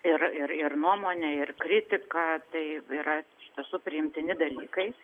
ir ir nuomonė ir kritiką tai yra visų priimtini dalykai